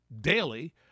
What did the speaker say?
daily